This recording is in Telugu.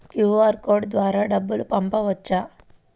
క్యూ.అర్ కోడ్ ద్వారా డబ్బులు పంపవచ్చా?